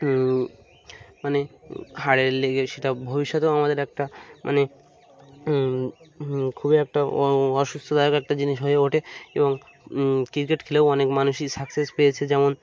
মানে হাড়ের লেগে সেটা ভবিষ্যতেও আমাদের একটা মানে খুবই একটা অসুস্থদায়ক একটা জিনিস হয়ে ওঠে এবং ক্রিকেট খেলেও অনেক মানুষই সাকসেস পেয়েছে যেমন